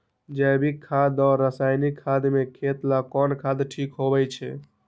जैविक खाद और रासायनिक खाद में खेत ला कौन खाद ठीक होवैछे?